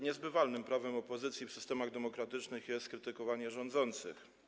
Niezbywalnym prawem opozycji w systemach demokratycznych jest krytykowanie rządzących.